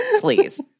Please